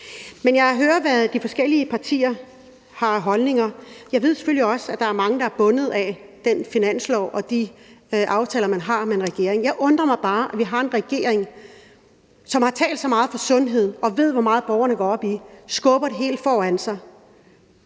Men jeg hører, hvad de forskellige partier har af holdninger. Jeg ved selvfølgelig også, at der er mange, der er bundet af den finanslov og de aftaler, man har indgået med regeringen. Jeg undrer mig bare over, at vi har en regering, som har talt så meget for sundhed, og som ved, hvor meget borgerne går op i det, men bare skubber det hele foran sig.